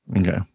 Okay